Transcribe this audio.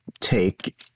take